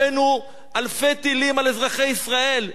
הבאנו אלפי טילים על אזרחי ישראל,